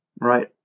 Right